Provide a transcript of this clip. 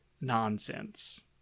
nonsense